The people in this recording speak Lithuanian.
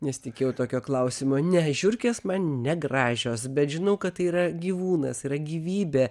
nesitikėjau tokio klausimo ne žiurkės mane gražios bet žinau kad tai yra gyvūnas yra gyvybė